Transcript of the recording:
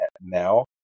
now